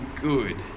good